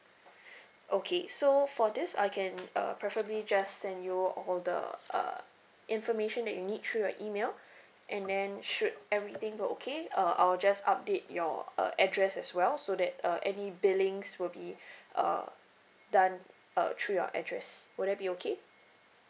okay so for this I can uh preferably just send you all the uh information that you need through your email and then should everything be okay uh I'll just update your uh address as well so that uh any billings will be uh done uh through your address would that be okay